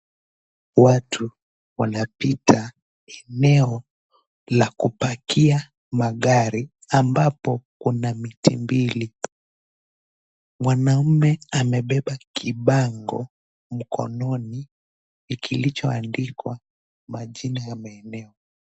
Watu wanapita eneo la kupakia magari ambapo kuna miti mbili. Mwanaume amebeba kibango mkononi kilichoandikwa majina ya maeneo.